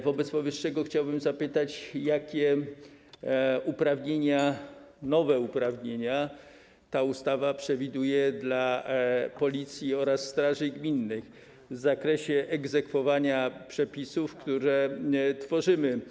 Wobec powyższego chciałbym zapytać, jakie nowe uprawnienia ta ustawa przewiduje dla Policji oraz straży gminnych w zakresie egzekwowania przepisów, które tworzymy.